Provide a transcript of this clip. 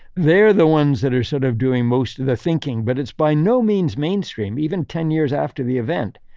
they're the ones that are sort of doing most of the thinking. but it's by no means mainstream. even ten years after the event.